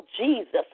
Jesus